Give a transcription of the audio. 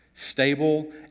Stable